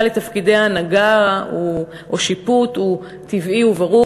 לתפקידי הנהגה או שיפוט הוא טבעי וברור,